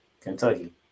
Kentucky